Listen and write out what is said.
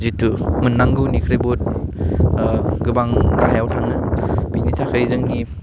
जिथु मोन्नांगौनिख्रुइ बहुथ ओह गोबां गाहायाव थाङो बेनि थाखाय जोंनि